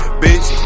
bitch